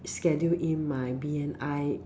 schedule in my B_N_I